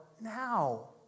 now